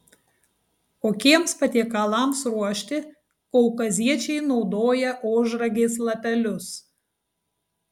kokiems patiekalams ruošti kaukaziečiai naudoja ožragės lapelius